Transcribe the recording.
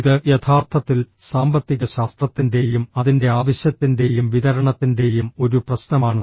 ഇത് യഥാർത്ഥത്തിൽ സാമ്പത്തികശാസ്ത്രത്തിൻറെയും അതിൻറെ ആവശ്യത്തിൻറെയും വിതരണത്തിൻറെയും ഒരു പ്രശ്നമാണ്